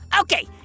Okay